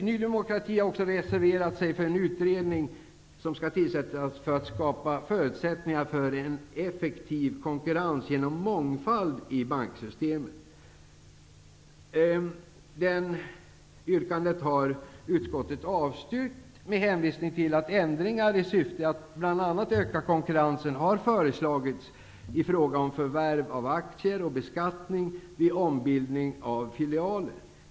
Ny demokrati har också reserverat sig för en utredning som skall tillsättas för att skapa förutsättningar för en effektiv konkurrens genom mångfald i banksystemet. Utskottet har avstyrkt det yrkandet med hänvisning till att ändringar i syfte att bl.a. öka konkurrensen har föreslagits i fråga om förvärv av aktier och beskattning vid ombildning av filialer.